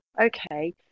okay